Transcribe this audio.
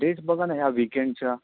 dates बघा ना ह्या विकेणच्या